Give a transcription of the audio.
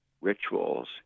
rituals